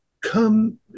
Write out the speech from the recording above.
come